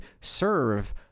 serve